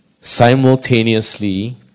simultaneously